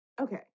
Okay